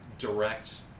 direct